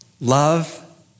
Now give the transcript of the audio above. Love